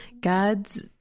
God's